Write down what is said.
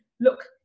look